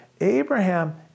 Abraham